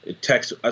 Text